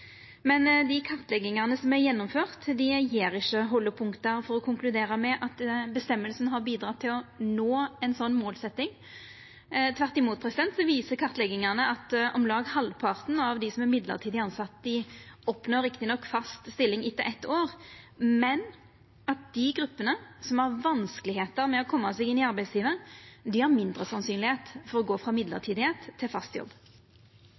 Men dei kartleggingane som er gjennomførte, gjev ikkje haldepunkt for å konkludera med at bestemminga har bidratt til å nå ei sånn målsetjing. Tvert imot – kartleggingane viser at om lag halvparten av dei som er mellombels tilsette, rett nok oppnår fast stilling etter eitt år, men at for dei gruppene som har vanskar med å koma seg inn i arbeidslivet, er det mindre sannsynleg at dei går frå mellombels til fast jobb.